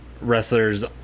wrestlers